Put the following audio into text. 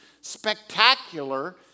spectacular